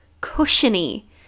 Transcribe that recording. cushiony